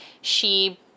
she-